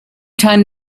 time